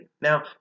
Now